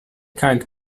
kind